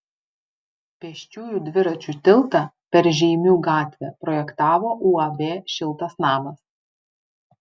pėsčiųjų dviračių tiltą per žeimių gatvę projektavo uab šiltas namas